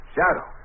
Shadow